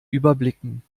überblicken